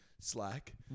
slack